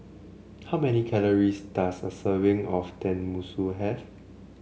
how many calories does a serving of Tenmusu have